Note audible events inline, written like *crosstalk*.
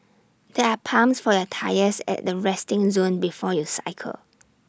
there are pumps for your tyres at the resting zone before you cycle *noise*